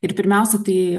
ir pirmiausia tai